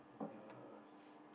ya